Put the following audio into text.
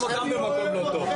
אני לא הולך.